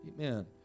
Amen